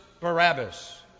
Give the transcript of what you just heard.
Barabbas